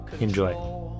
Enjoy